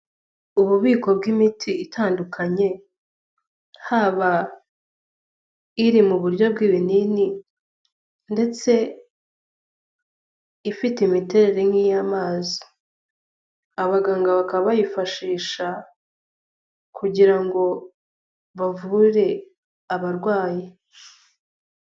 Ububiko bw'imiti itandukanye haba iri mu buryo bw'ibinini ndetse ifite imiterere nk'iyamazi, abaganga bakaba bayifashisha kugira ngo bavure abarwayi.